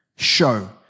Show